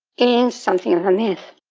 is something of a myth,